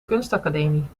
kunstacademie